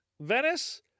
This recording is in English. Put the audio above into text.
Venice